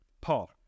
Paul